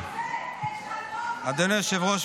אדוני היושב-ראש,